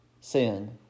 sin